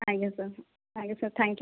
ଆଜ୍ଞା ସାର୍ ଆଜ୍ଞା sir thank you